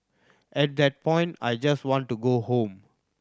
at that point I just want to go home